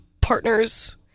partner's